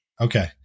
okay